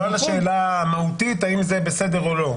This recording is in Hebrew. לא על השאלה המהותית האם זה בסדר או לא.